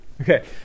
Okay